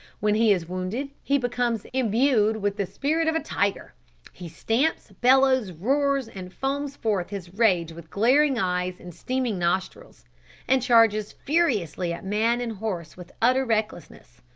when he is wounded he becomes imbued with the spirit of a tiger he stamps, bellows, roars, and foams forth his rage with glaring eyes and steaming nostrils and charges furiously at man and horse with utter recklessness.